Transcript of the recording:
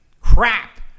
crap